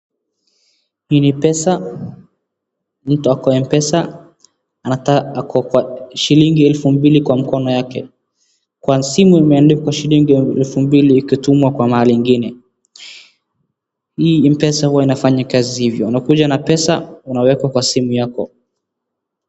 Hii ni pesa, mtu ako M-pesa, anataka, ako kwa shilingi elfu mbili kwa mkono yake kwa simu imeandikwa shilingi elfu mbili ikitumwa kwa mahali ingine, hii M-pesa huwa inafanya kazi hivyo, unakuja na pesa unawekwa kwa simu yako.